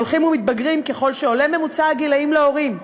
שהולכים ומתבגרים ככל שעולה ממוצע הגילים של הורים,